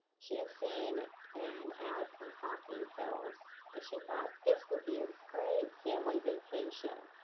she had seen an ad for hocking hills and she thought this would be a great family vacation.